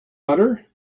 butter